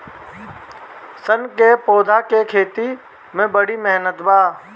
सन क पौधा के खेती में बड़ी मेहनत बा